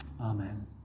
Amen